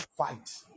Fight